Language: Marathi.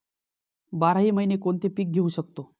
बाराही महिने कोणते पीक घेवू शकतो?